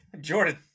Jordan